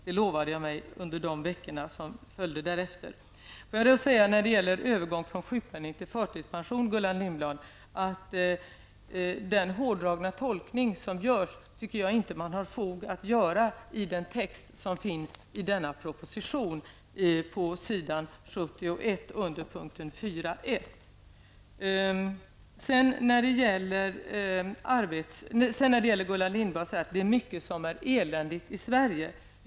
Det lovade jag mig själv under de efterföljande veckorna. När det gäller övergång från sjukpenning till förtidspension, Gullan Lindblad, tycker jag inte att man har fog att göra den hårdragna tolkning som man gör av texten i denna proposition, s. 71, p. 4.1. Gullan Lindblad sade att det är mycket som är eländigt i Sverige.